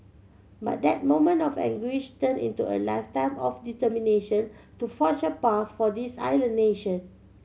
but that moment of anguish turned into a lifetime of determination to forge a path for this island nation